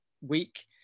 week